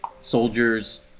soldiers